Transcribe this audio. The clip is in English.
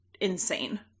insane